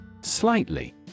Slightly